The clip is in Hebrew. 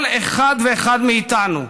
כל אחד ואחד מאיתנו,